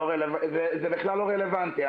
זה בכלל לא רלוונטי.